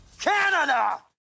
Canada